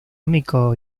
amico